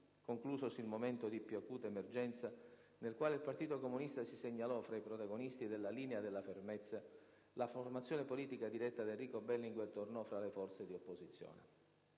conclusosi il momento di più acuta emergenza, nel quale il Partito Comunista si segnalò fra i protagonisti della «linea della fermezza», la formazione politica diretta da Enrico Berlinguer tornò fra le forze di opposizione.